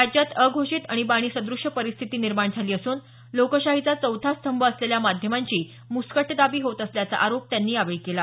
राज्यात ओषित आणीबाणीसद्रश परिस्थिती निर्माण झाली असून लोकशाहीचा चौथा स्तंभ असलेल्या माध्यमांची मुस्कटदाबी होत असल्याचा आरोप त्यांनी यावेळी केला